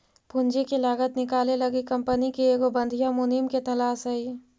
पूंजी के लागत निकाले लागी कंपनी के एगो बधियाँ मुनीम के तलास हई